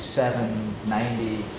seven, ninety,